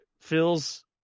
feels